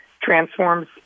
Transforms